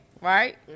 right